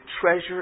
treasure